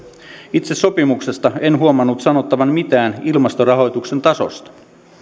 itse sopimuksessa en huomannut sanottavan mitään ilmastorahoituksen tasosta